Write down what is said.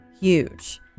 huge